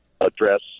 address